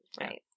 right